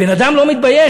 בן-אדם לא מתבייש?